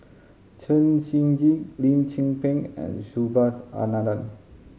Chen Shiji Lim Tze Peng and Subhas Anandan